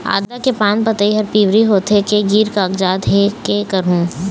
आदा के पान पतई हर पिवरी होथे के गिर कागजात हे, कै करहूं?